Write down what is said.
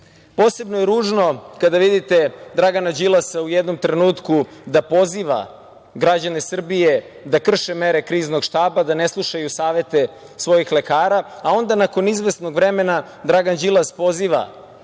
Posebno je ružno kada vidite Dragana Đilasa u jednom trenutku da poziva građane Srbije da krše mere Kriznog štaba, da ne slušaju savete svojih lekara, a onda nakon izvesnog vremena Dragan Đilas poziva